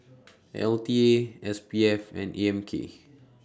L T A S P F and A M K